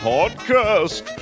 Podcast